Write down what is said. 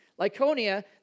Lyconia